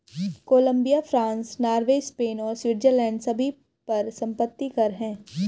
Colombia, France, Norway, Spain और Switzerland सभी पर संपत्ति कर हैं